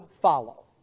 follow